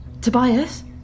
Tobias